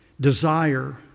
desire